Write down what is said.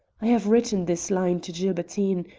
i have written this line to gilbertine.